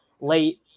late